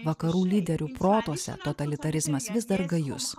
vakarų lyderių protuose totalitarizmas vis dar gajus